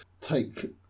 take